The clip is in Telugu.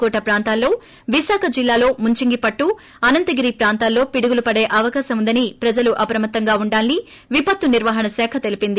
కోట ప్రాంతాలలో విశాఖ జిల్లాల్లో ముంచింగి పుట్టు అనంతగిరి ప్రాంతాలలో పిడుగులు పడే అవకాశం ఉందని ప్రజలు అప్రమత్తంగా ఉండాలని విపత్తు నిర్వహణ శాఖ తెలిపింది